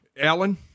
Alan